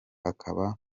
akaba